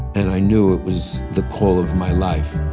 and i knew it was the call of my life